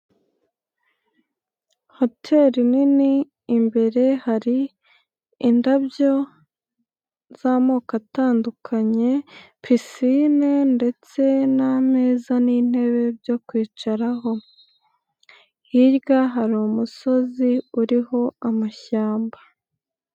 Hoteri nini, imbere hari indabyo z'amoko atandukanye, pisine ndetse n'ameza n'intebe byo kwicaraho, hirya hari umusozi uriho amashyamba.